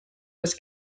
was